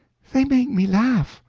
they make me laugh,